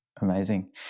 Amazing